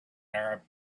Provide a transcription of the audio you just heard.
arab